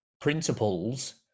principles